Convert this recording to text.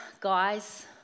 guys